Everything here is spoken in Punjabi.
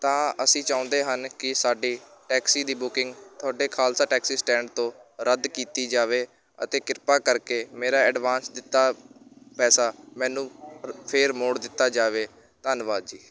ਤਾਂ ਅਸੀਂ ਚਾਹੁੰਦੇ ਹਨ ਕਿ ਸਾਡੀ ਟੈਕਸੀ ਦੀ ਬੁਕਿੰਗ ਤੁਹਾਡੇ ਖਾਲਸਾ ਟੈਕਸੀ ਸਟੈਂਡ ਤੋਂ ਰੱਦ ਕੀਤੀ ਜਾਵੇ ਅਤੇ ਕਿਰਪਾ ਕਰਕੇ ਮੇਰਾ ਐਡਵਾਂਸ ਦਿੱਤਾ ਪੈਸਾ ਮੈਨੂੰ ਫੇਰ ਮੋੜ ਦਿੱਤਾ ਜਾਵੇ ਧੰਨਵਾਦ ਜੀ